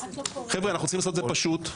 אנחנו צריכים לעשות את זה פשוט,